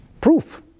proof